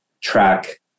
track